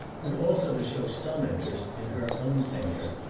and also to show some interest in her own tenure,